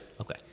Okay